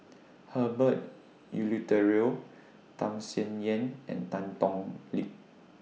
Herbert Eleuterio Tham Sien Yen and Tan Thoon Lip